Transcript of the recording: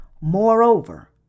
Moreover